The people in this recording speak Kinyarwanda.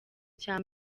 cya